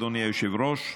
אדוני היושב-ראש,